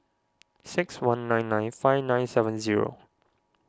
six one nine nine five nine seven zero